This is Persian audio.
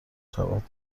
شود